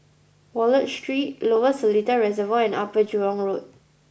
Wallich Street Lower Seletar Reservoir and Upper Jurong Road